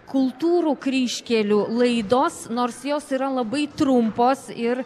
kultūrų kryžkelių laidos nors jos yra labai trumpos ir